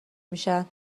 میشن